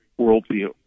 worldview